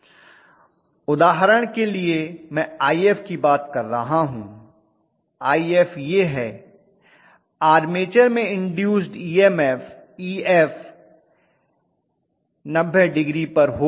उदाहरण के लिए मैं If की बात कर रहा हूं If यह है आर्मेचर में इन्दूस्ड ईएमएफ Ef 90 डिग्री पर होगा